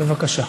בבקשה.